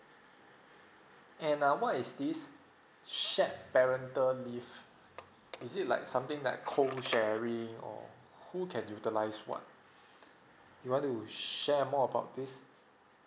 and uh what is this shared parental leave is it like something like co sharing or who can utilize what you want to share more about this